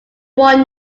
won